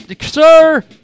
Sir